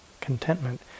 contentment